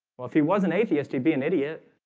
well, if he was an atheist he'd be an idiot